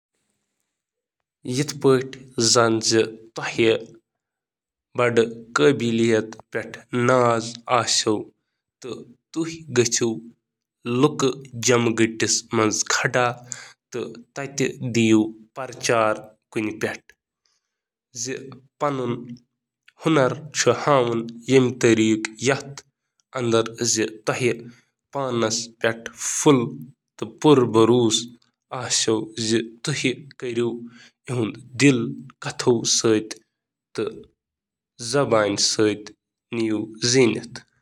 بٔڑن سامعینن پیش کرنہٕ وقتہٕ چِھ ہیرا کینٛہہ ہیک: بڑٕ آوازٕ سۭتۍ، وارٕ وار، واضح طورس پیٹھ کتھ۔ ڈیلیور کْریو اکھ کْلیر مسیج۔ پنُن خاکہٕ تھٲیِو سادٕ تہٕ تکنیکی اصطلاح یا مخفف استعمال کرنہٕ نِش بچِو یِم سامعیٖنَن منٛز کینٛہَن خٲطرٕ ناوٲقِف ٲسِتھ۔